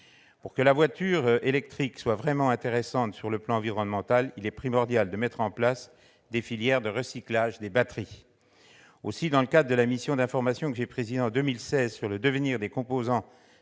Pour que la voiture électrique soit vraiment intéressante sur le plan environnemental, il est primordial de mettre en place des filières de recyclage des batteries. Aussi, dans le cadre de la mission d'information que j'ai présidée en 2016 sur le devenir des composants